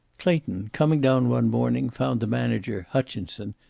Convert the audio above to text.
clayton, coming down one morning, found the manager, hutchinson,